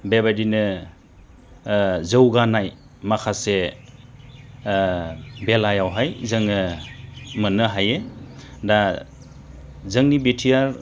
बेबादिनो जौगानाय माखासे बेलायावहाय जोङो मोननो हायो दा जोंनि बिटिआर